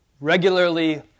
regularly